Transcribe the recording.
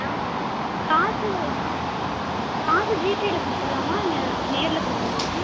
ஆ காசு காசு ஜிபேயில் கொடுத்துட்லாமா இல்லை நேரில் கொடுக்குணுமாங்க